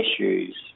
issues